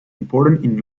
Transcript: important